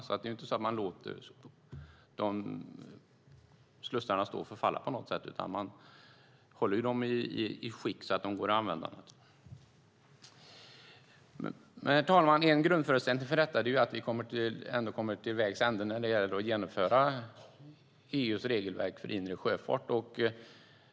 Det är alltså inte så att man låter de slussarna stå och förfalla på något sätt, utan man håller dem i skick så att de går att använda. Herr talman! En grundförutsättning för detta är att vi kommer till vägs ände när det gäller att genomföra EU:s regelverk för inre sjöfart.